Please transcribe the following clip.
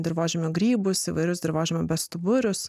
dirvožemio grybus įvairius dirvožemio bestuburius